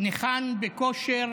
ניחן בכושר